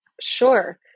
Sure